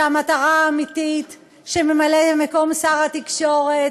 שהמטרה האמיתית של ממלא-מקום שר התקשורת,